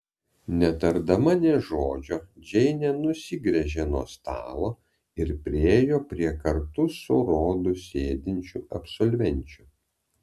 netardama nė žodžio džeinė nusigręžė nuo stalo ir priėjo prie kartu su rodu sėdinčių absolvenčių